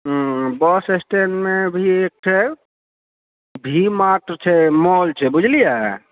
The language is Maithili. हूँ बस स्टैण्डमे भी एकठे व्ही मार्ट छै माँल छै बुझलिये